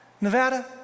Nevada